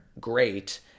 great